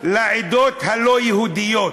לעדות הלא-יהודיות.